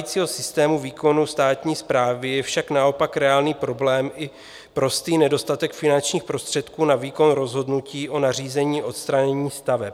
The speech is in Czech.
Za stávajícího systému výkonu státní správy je však naopak reálný problém i prostý nedostatek finančních prostředků na výkon rozhodnutí o nařízení odstranění staveb.